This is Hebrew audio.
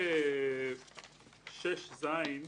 בסעיף 6(ז)